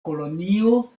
kolonio